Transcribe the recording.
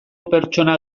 pertsona